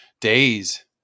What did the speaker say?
days